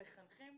המחנכים,